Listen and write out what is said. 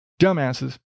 Dumbasses